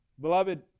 Beloved